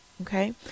Okay